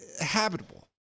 habitable